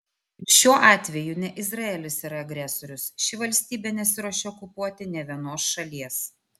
ir šiuo atveju ne izraelis yra agresorius ši valstybė nesiruošia okupuoti nė vienos šalies